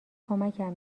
کمکم